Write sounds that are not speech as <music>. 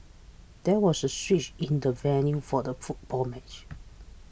there was a switch in the venue for the football match <noise>